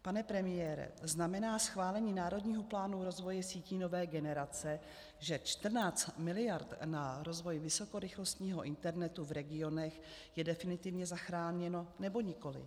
Pane premiére, znamená schválení Národního plánu rozvoje sítí nové generace, že 14 miliard na rozvoj vysokorychlostního internetu v regionech je definitivně zachráněno, nebo nikoli?